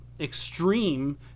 extreme